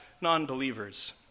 non-believers